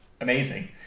amazing